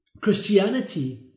Christianity